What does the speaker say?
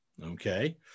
Okay